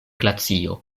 glacio